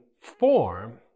form